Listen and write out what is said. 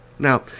Now